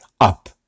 up